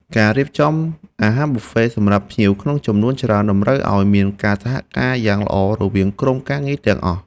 ការរៀបចំអាហារប៊ូហ្វេសម្រាប់ភ្ញៀវក្នុងចំនួនច្រើនតម្រូវឱ្យមានការសហការគ្នាយ៉ាងល្អរវាងក្រុមការងារទាំងអស់។